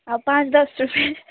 अब पाँच दस रुपियाँ